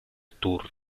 tour